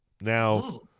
Now